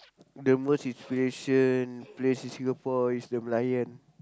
the most inspiration place in Singapore is the Merlion